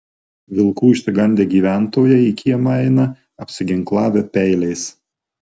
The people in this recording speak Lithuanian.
vilkų išsigandę gyventojai į kiemą eina apsiginklavę peiliais